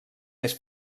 més